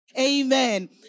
Amen